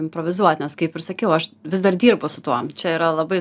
improvizuot nes kaip ir sakiau aš vis dar dirbu su tuom čia yra labai